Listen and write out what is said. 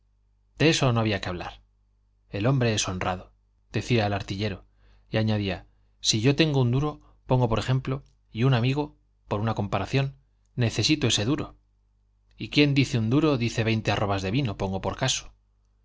de eso no había que hablar el hombre es honrado decía el artillero y añadía si yo tengo un duro pongo por ejemplo y un amigo por una comparación necesita ese duro y quien dice un duro dice veinte arrobas de vino pongo por caso